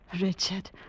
Richard